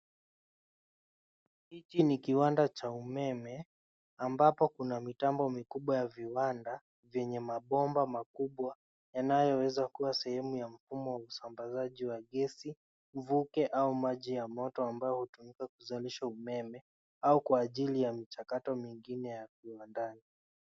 Hiki ni kiwanda cha umeme ambapo kuna mitambo mikubwa ya viwanda vyenye mabomba makubwa yanayoweza kuwa sehemu ya mfumo wa usambazaji wa gesi, mvuke au maji ya moto ambayo hutumika kuzalisha umeme au kwa ajili michakato mingine ya viwandani.